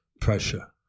pressure